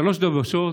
שלוש דבשות,